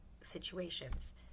situations